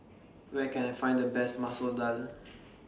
Where Can I Find The Best Masoor Dal